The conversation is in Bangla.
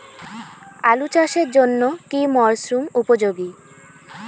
আলু চাষের জন্য কি মরসুম উপযোগী?